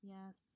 Yes